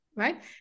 Right